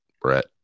Brett